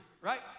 right